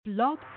Blog